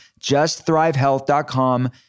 justthrivehealth.com